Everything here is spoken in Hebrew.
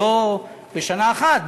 לא בשנה אחת,